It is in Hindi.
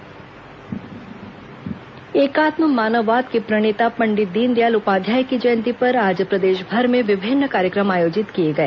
दीनदयाल उपाध्याय जयंती एकात्म मानववाद के प्रणेता पंडित दीनदयाल उपाध्याय की जयंती पर आज प्रदेशभर में विभिन्न कार्यक्रम आयोजित किए गए